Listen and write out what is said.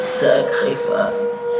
sacrifice